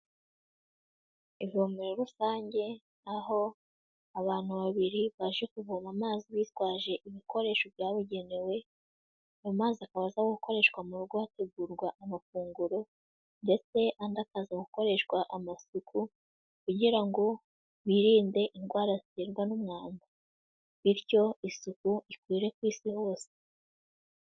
Ivomero rusange aho abantu babiri baje kuvoma amazi bitwaje ibikoresho byabugenewe, ayo mazi akabaza gukoreshwa mu rugo hategurwa amafunguro, ndetse andi akaza gukoreshwa amasuku kugira ngo birinde indwara ziterwa n'umwanda, bityo isuku ikwire ku isi hose.